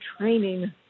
training